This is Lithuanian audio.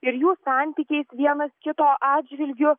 ir jų santykiais vienas kito atžvilgiu